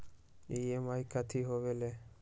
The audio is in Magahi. ई.एम.आई कथी होवेले?